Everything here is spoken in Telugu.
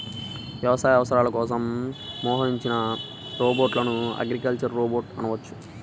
వ్యవసాయ అవసరాల కోసం మోహరించిన రోబోట్లను అగ్రికల్చరల్ రోబోట్ అనవచ్చు